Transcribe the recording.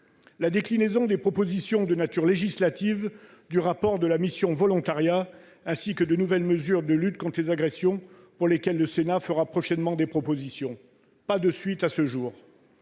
La déclinaison des propositions de nature législative du rapport de la mission volontariat, ainsi que les nouvelles mesures de lutte contre les agressions- le Sénat fera prochainement des propositions à ce sujet -n'ont